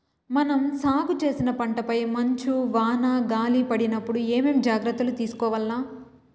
మనం సాగు చేసిన పంటపై మంచు, వాన, గాలి పడినప్పుడు ఏమేం జాగ్రత్తలు తీసుకోవల్ల?